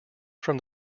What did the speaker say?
from